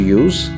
use